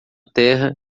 terra